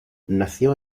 nació